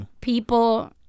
people